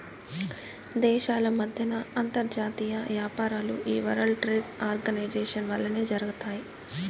దేశాల మద్దెన అంతర్జాతీయ యాపారాలు ఈ వరల్డ్ ట్రేడ్ ఆర్గనైజేషన్ వల్లనే జరగతాయి